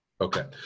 Okay